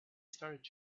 started